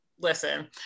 listen